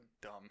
dumb